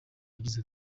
yagize